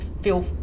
feel